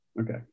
Okay